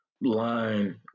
line